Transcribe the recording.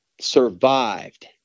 survived